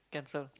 cancel